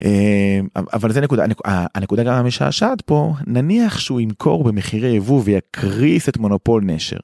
אבל זה נקודה. הנקודה המשעשעת פה נניח שהוא ימכור במחירי ייבוא, ויקריס את מונופול נשר.